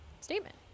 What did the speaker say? statement